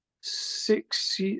six